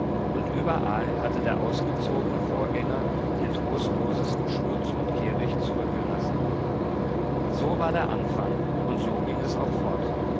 und überall hatte der ausgezogene vorgänger den trostlosesten schmutz und kehricht zurückgelassen so war der anfang und so ging es auch fort